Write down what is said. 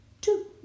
two